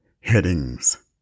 headings